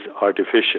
artificial